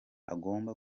agomba